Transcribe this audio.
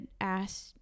asked